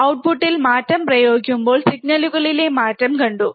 out പുട്ടിൽ മാറ്റവും പ്രയോഗിക്കുമ്പോൾ സിഗ്നലുകളിലെ മാറ്റം കണ്ടു